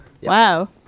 Wow